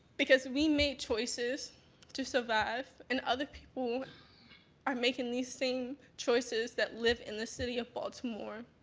because we made choices to survive, and other people are making these same choices that live in the city of baltimore.